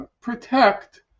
protect